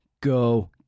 Go